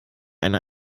eine